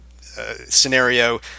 scenario